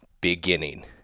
beginning